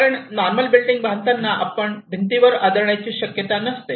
कारण normal building बांधताना आपण भिंतीवर आदळण्याची शक्यता नसते